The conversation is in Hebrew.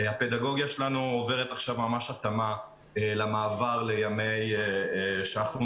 הפדגוגיה שלנו עוברת עכשיו ממש התאמה למעבר לימי פגישה